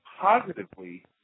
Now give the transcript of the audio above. positively